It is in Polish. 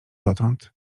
dotąd